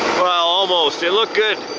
well almost, it looked good!